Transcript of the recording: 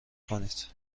کنید